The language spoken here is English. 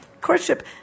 courtship